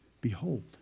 Behold